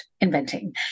inventing